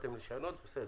באתם לשנות בסדר.